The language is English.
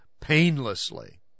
painlessly